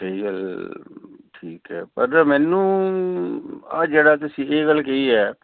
ਸਹੀ ਗੱਲ ਠੀਕ ਹੈ ਪਰ ਮੈਨੂੰ ਆਹ ਜਿਹੜਾ ਤੁਸੀਂ ਇਹ ਗੱਲ ਕਹੀ ਹੈ